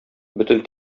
бөтен